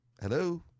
Hello